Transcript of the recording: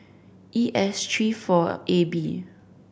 E S tree four A B